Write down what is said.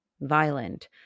violent